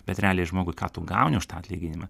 bet realiai žmogui ką tu gauni už tą atlyginimą